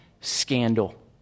scandal